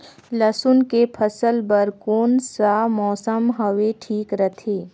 लसुन के फसल बार कोन सा मौसम हवे ठीक रथे?